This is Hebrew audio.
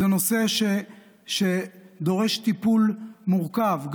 זה נושא שדורש טיפול מורכב,